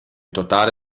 totale